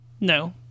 No